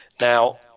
Now